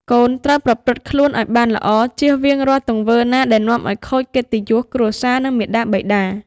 កូនត្រូវប្រព្រឹត្តខ្លួនឲ្យបានល្អ ចៀសវាងរាល់ទង្វើណាដែលនាំឲ្យខូចកិត្តិយសគ្រួសារ និងមាតាបិតា។